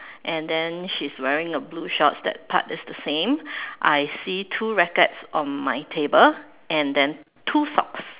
and then she's wearing a blue shorts that part is the same I see two rackets on my table and then two socks